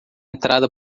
entrada